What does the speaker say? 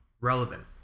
relevant